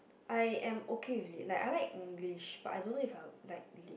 I am okay with it like I like English but I don't if I will like lit